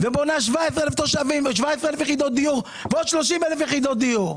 ובונה 17 אלף יחידות דיור ועוד 30 אלף יחידות דיור.